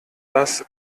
das